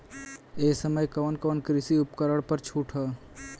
ए समय कवन कवन कृषि उपकरण पर छूट ह?